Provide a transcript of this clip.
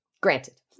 Granted